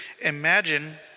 Imagine